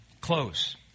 close